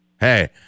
Hey